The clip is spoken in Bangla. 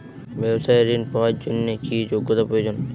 ব্যবসায়িক ঋণ পাওয়ার জন্যে কি যোগ্যতা প্রয়োজন?